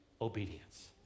Obedience